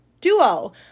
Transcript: duo